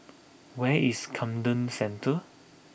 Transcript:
where is Camden Centre